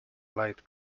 light